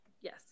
Yes